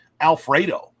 Alfredo